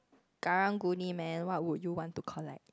garang-guni man what would you want to collect